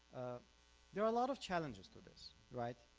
there are a lot of challenges to this right,